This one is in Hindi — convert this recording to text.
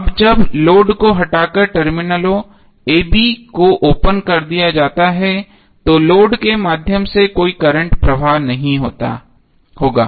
अब जब लोड को हटाकर टर्मिनलों a b को ओपन कर दिया जाता है तो लोड के माध्यम से कोई करंट प्रवाह नहीं होगा